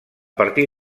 partir